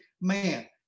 man